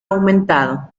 aumentado